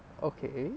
okay